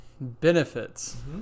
benefits